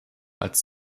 als